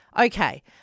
Okay